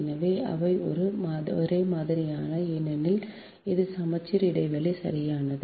எனவே அவை ஒரே மாதிரியானவை ஏனெனில் இது சமச்சீர் இடைவெளி சரியானது